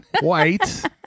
White